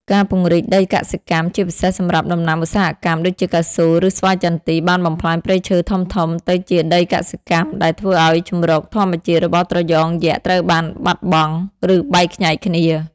ការពង្រីកដីកសិកម្ម ជាពិសេសសម្រាប់ដំណាំឧស្សាហកម្ម ដូចជាកៅស៊ូ ឬស្វាយចន្ទី បានបំប្លែងព្រៃឈើធំៗទៅជាដីកសិកម្ម ដែលធ្វើឲ្យជម្រកធម្មជាតិរបស់ត្រយងយក្សត្រូវបាត់បង់ ឬបែកខ្ញែកគ្នា។